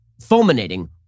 fulminating